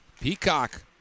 Peacock